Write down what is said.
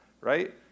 right